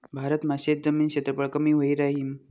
भारत मा शेतजमीन क्षेत्रफळ कमी व्हयी राहीन